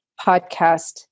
podcast